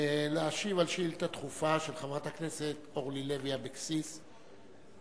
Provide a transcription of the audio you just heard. להשיב על שאילתא דחופה של חברת הכנסת אורלי לוי אבקסיס בעניין: